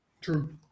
True